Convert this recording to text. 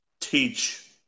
teach